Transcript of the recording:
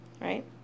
Right